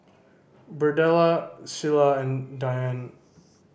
Birdella Cilla and Dyan